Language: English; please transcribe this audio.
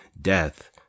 death